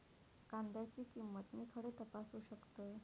कांद्याची किंमत मी खडे तपासू शकतय?